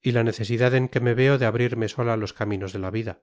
y la necesidad en que me veo de abrirme sola los caminos de la vida